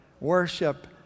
worship